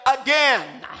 again